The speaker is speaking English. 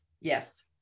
Yes